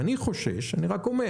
אני חושש אני רק אומר